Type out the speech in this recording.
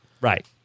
right